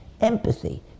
empathy